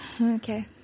Okay